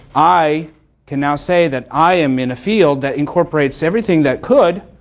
i can now say that i am in a field that incorporates everything that could,